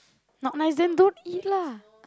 not nice then don't eat lah